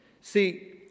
See